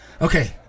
Okay